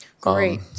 Great